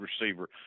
receiver